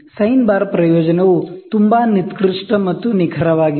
sign bar ಪ್ರಯೋಜನವು ತುಂಬಾ precise ಮತ್ತು ನಿಖರವಾಗಿದೆ